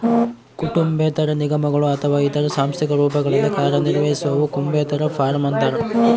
ಕುಟುಂಬೇತರ ನಿಗಮಗಳು ಅಥವಾ ಇತರ ಸಾಂಸ್ಥಿಕ ರೂಪಗಳಲ್ಲಿ ಕಾರ್ಯನಿರ್ವಹಿಸುವವು ಕುಟುಂಬೇತರ ಫಾರ್ಮ ಅಂತಾರ